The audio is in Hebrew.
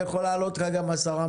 זה יכול לעלות לך גם 10 מיליון.